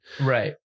Right